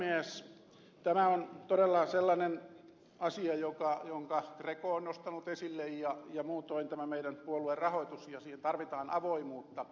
tämä on todella sellainen asia jonka greco on nostanut esille ja muutoinkin tähän meidän puoluerahoitukseemme tarvitaan avoimuutta